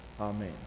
Amen